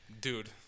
Dude